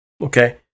Okay